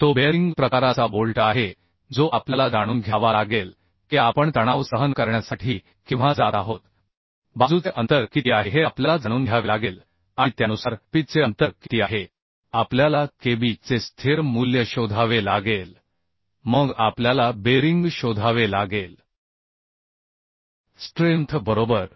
तो बेअरिंग प्रकाराचा बोल्ट आहे जो आपल्याला जाणून घ्यावा लागेल की आपण तणाव सहन करण्यासाठी केव्हा जात आहोत बाजूचे अंतर किती आहे हे आपल्याला जाणून घ्यावे लागेल आणि त्यानुसार पिच चे अंतर किती आहे आपल्याला kb चे स्थिर मूल्य शोधावे लागेल मग आपल्याला बेरिंग स्ट्रेंथ शोधावे लागेल बरोबर